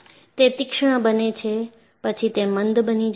તે તીક્ષ્ણ બને છે પછી તે મંદ બની જાય છે